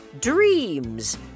dreams